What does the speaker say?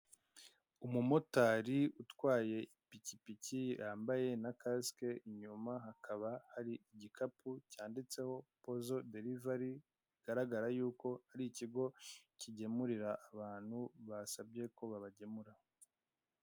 Umumotari utwaye ipikipiki wambaye na kasike inyuma hakaba hari, igikapu cyanditseho pozo derivari bigaragara y'uko, ari ikigo kigemurira abantu basabye ko kibagemurira.